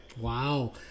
Wow